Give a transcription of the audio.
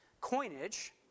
coinage